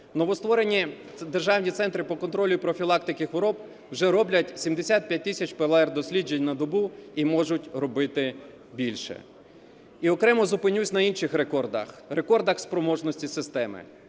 Новостворені державні центри по контролю і профілактиці хвороб вже роблять 75 тисяч ПЛР досліджень на добу і можуть робити більше. І окремо зупинюсь на інших рекордах, рекордах спроможності системи.